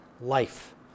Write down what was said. life